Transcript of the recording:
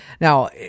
Now